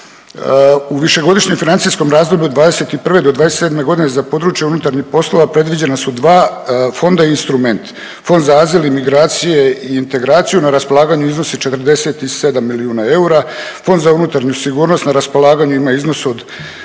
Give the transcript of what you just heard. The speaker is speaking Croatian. U višegodišnjem financijskom razdoblju od '21. do '27. godine za područje unutarnjih poslova predviđena su 2 fonda i instrument. Fond za azil i migracije i integraciju na raspolaganju iznosi 47 milijuna eura. Fond za unutarnju sigurnost na raspolaganju ima iznos od